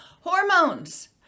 hormones